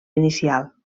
inicial